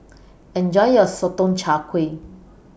Enjoy your Sotong Char Kway